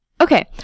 Okay